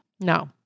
No